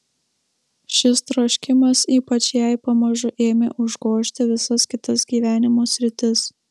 šis troškimas ypač jai pamažu ėmė užgožti visas kitas gyvenimo sritis